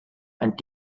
and